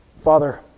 Father